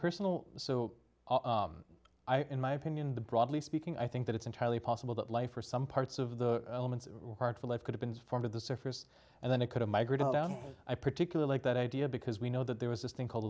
personal so i in my opinion the broadly speaking i think that it's entirely possible that life for some parts of the elements or hard for life could have been formed at the surface and then it could have migrated down i particular liked that idea because we know that there is this thing called